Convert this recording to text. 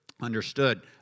understood